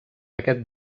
aquest